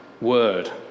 word